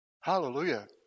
Hallelujah